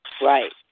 Right